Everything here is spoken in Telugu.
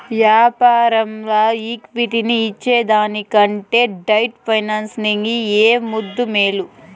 యాపారంల ఈక్విటీని ఇచ్చేదానికంటే డెట్ ఫైనాన్సింగ్ ఏ ముద్దూ, మేలు